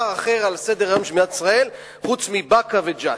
אחר על סדר-היום של מדינת ישראל חוץ מבאקה וג'ת.